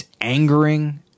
angering